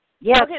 Yes